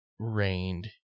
rained